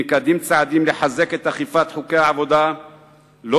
ננקטים צעדים לחזק את אכיפת חוקי העבודה לא